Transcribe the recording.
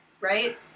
Right